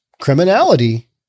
criminality